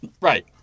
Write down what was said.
Right